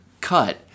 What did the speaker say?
cut